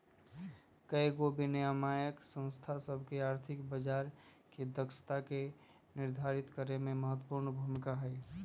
कयगो विनियामक संस्था सभ के आर्थिक बजार के दक्षता के निर्धारित करेमे महत्वपूर्ण भूमिका हइ